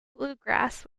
bluegrass